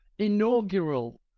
inaugural